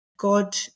God